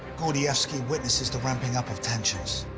gordievsky witnesses the ramping up of tensions.